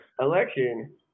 election